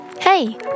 Hey